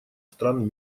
стран